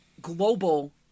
global